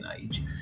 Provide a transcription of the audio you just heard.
age